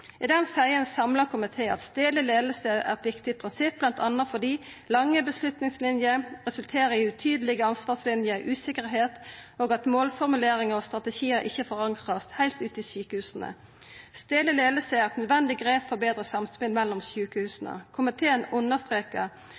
I den seier ein samla komité: «Komiteen mener stedlig ledelse er et viktig prinsipp, blant annet fordi lange beslutningslinjer resulterer i utydelige ansvarslinjer, usikkerhet og at målformuleringer og strategier ikke forankres helt ut i sykehusene. Stedlig ledelse er et nødvendig grep for bedre samspill mellom sykehusene.» Komiteen seier vidare: «Komiteen understreker